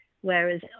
whereas